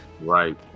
Right